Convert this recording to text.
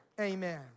Amen